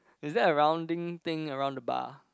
is there a rounding thing around the bar